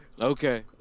Okay